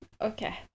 Okay